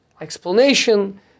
explanation